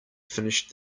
finished